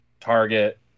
Target